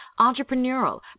entrepreneurial